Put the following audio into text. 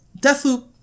Deathloop